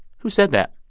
who said that?